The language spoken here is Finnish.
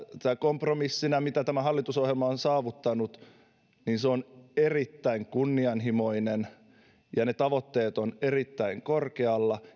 tämä kompromissi mitä tämä hallitusohjelma on saavuttanut on erittäin kunnianhimoinen ja ne tavoitteet ovat erittäin korkealla